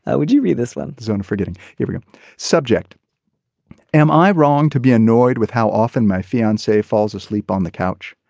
ah would you read this one. the zone for giving giving a subject am i wrong to be annoyed with how often my fiancee falls asleep on the couch.